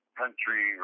country